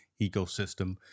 ecosystem